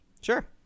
Sure